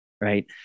Right